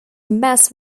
mess